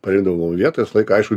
parinkdavau vietą visą laiką aišku